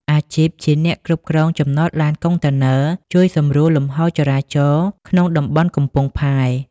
អាជីពជាអ្នកគ្រប់គ្រងចំណតឡានកុងតឺន័រ ជួយសម្រួលលំហូរចរាចរណ៍ក្នុងតំបន់កំពង់ផែ។